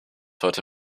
heute